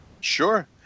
Sure